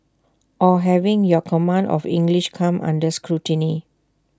or having your command of English come under scrutiny